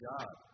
God